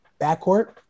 backcourt